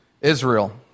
Israel